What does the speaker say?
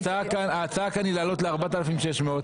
ההצעה כאן היא להעלות ל-4,600 שקלים.